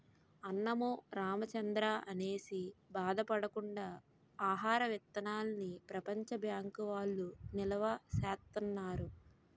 అన్నమో రామచంద్రా అనేసి బాధ పడకుండా ఆహార విత్తనాల్ని ప్రపంచ బ్యాంకు వౌళ్ళు నిలవా సేత్తన్నారు